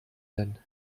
denn